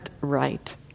right